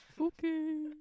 Okay